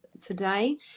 today